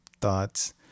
thoughts